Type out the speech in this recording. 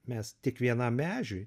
mes tik vienam ežiui